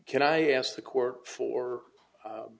can i ask the court for